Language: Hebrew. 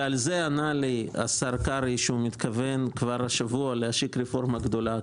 ועל זה ענה לי השר קרעי שהוא מתכוון כבר השבוע להשיק רפורמה גדולה.